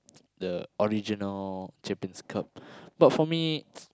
the original Champions-Cup but for me